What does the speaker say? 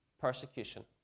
persecution